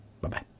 Bye-bye